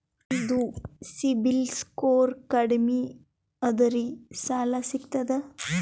ನಮ್ದು ಸಿಬಿಲ್ ಸ್ಕೋರ್ ಕಡಿಮಿ ಅದರಿ ಸಾಲಾ ಸಿಗ್ತದ?